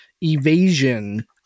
Evasion